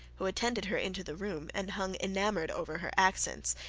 who attended her into the room, and hung enamoured over her accents,